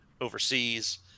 overseas